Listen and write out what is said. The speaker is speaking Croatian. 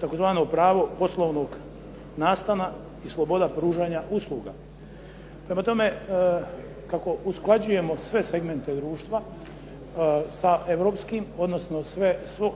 tzv. pravo poslovnog nastana i sloboda pružanja usluga. Prema tome, kako usklađujemo sve segmente društva sa europskim, odnosno